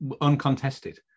uncontested